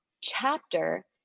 chapter